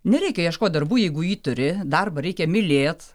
nereikia ieškot darbų jeigu jį turi darbą reikia mylėt